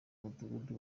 mudugudu